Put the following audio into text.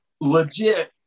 legit